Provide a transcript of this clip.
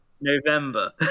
November